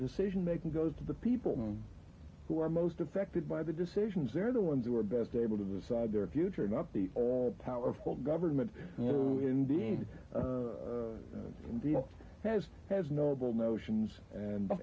decision making goes to the people who are most affected by the decisions they're the ones who are best able to decide their future not the all powerful government will indeed and has has noble notions and